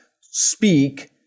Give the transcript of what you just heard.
speak